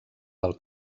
del